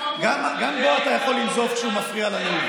גם בו אתה יכול לנזוף כשהוא מפריע לדיון.